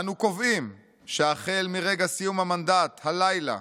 "אנו קובעים שהחל מרגע סיום המנדט, הלילה,